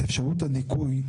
את אפשרות הדיכוי,